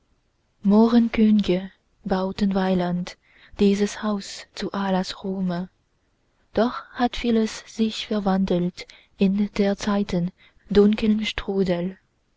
mohrenkön'ge bauten weiland dieses haus zu allahs ruhme doch hat vieles sich verwandelt in der zeiten dunkelm strudel